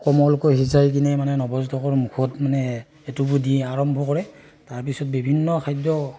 কোমলকৈ সিজাই কিনে মানে নৱজাতকৰ মুখত মানে সেইটো দি আৰম্ভ কৰে তাৰপিছত বিভিন্ন খাদ্য